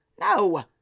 No